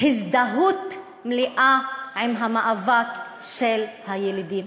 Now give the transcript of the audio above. הזדהות מלאה עם המאבק של הילידים.